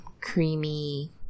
creamy